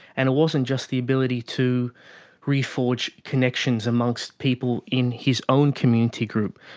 and it wasn't just the ability to reforge connections amongst people in his own community group,